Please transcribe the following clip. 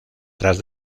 tras